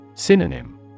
Synonym